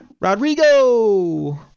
rodrigo